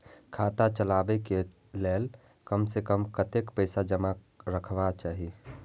खाता चलावै कै लैल कम से कम कतेक पैसा जमा रखवा चाहि